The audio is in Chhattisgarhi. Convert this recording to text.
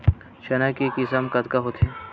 चना के किसम कतका होथे?